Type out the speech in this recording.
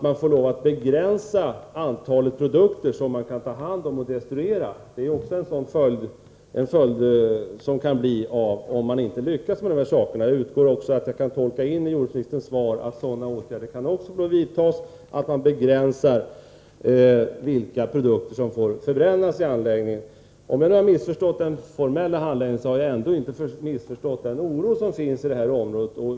Jag utgår också ifrån att jordbruksministerns besked gäller även sådana åtgärder som att begränsa vilka produkter som får förbrännas i anläggningen. Det skulle kunna bli nödvändigt om man inte lyckas klara ut problemen. Även om jag har missförstått den formella handläggningen har jag ändå inte missförstått den oro som finns i området.